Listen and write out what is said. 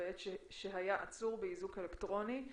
בעת שהיה עצור באיזוק אלקטרוני.